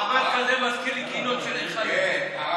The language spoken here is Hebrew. מעמד כזה מזכיר לי קינות של איכה יותר.